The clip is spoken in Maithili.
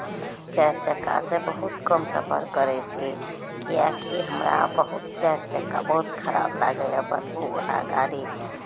चारि चक्कासँ बहुत कम सफर करै छी किएकि हमरा बहुत चारि चक्का बहुत खराब लागैए बदबूवला गाड़ी